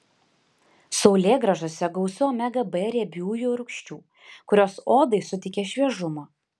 saulėgrąžose gausu omega b riebiųjų rūgščių kurios odai suteikia šviežumo